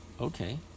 Okay